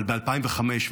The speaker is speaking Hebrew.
אבל ב-2005,